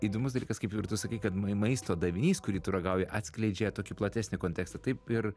įdomus dalykas kaip ir tu sakei kad mai maisto davinys kurį tu ragauji atskleidžia tokį platesnį kontekstą taip ir